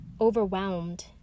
overwhelmed